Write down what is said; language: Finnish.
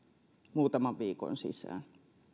muutaman viikon sisään